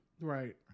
Right